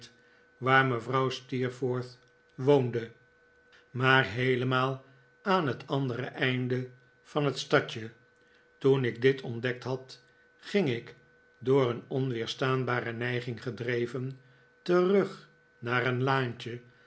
waar mevrouw steerforth woonde maar heelemaal aari het andere einde van het stadje toen ik dit ontdekt had ging ik door een onweerstaanbare neiging gedreven terug naar een laantje